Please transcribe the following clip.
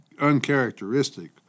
uncharacteristic